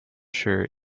sure